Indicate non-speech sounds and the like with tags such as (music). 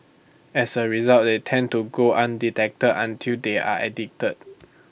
as A result they tend to go undetected until they are addicted (noise)